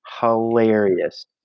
Hilarious